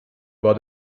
war